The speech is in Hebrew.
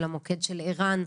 למוקד של ער"ן,